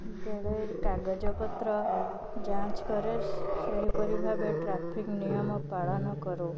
ବେଳେ କାଗଜପତ୍ର ଯାଞ୍ଚ କରେ ସେହିପରି ଭାବେ ଟ୍ରାଫିକ୍ ନିୟମ ପାଳନ କରେ